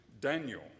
Daniel